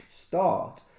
start